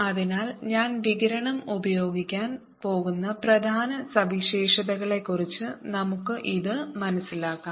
അതിനാൽ ഞാൻ വികിരണം ഉപയോഗിക്കാൻ പോകുന്ന പ്രധാന സവിശേഷതകളെക്കുറിച്ച് നമുക്ക് ഇത് മനസ്സിലാക്കാം